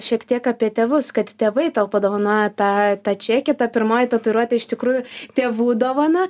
šiek tiek apie tėvus kad tėvai tau padovanojo tą tą čekį ta pirmoji tatuiruotė iš tikrųjų tėvų dovana